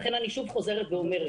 ולכן אני שוב חוזרת ואומרת: